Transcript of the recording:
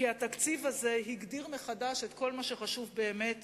כי התקציב הזה הגדיר מחדש את כל מה שחשוב באמת